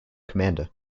commander